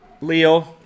Leo